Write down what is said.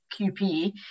QP